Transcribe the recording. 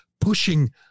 pushing